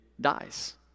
dies